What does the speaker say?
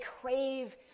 crave